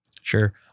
Sure